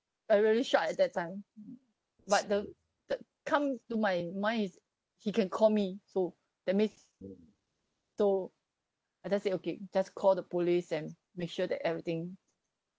I really shocked at that time but the that come to my mind is he can call me so that means so I just said okay just call the police and make sure that everything